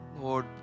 Lord